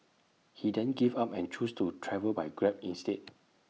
he then gave up and chose to travel by grab instead